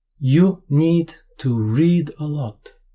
you need to read a lot